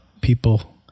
people –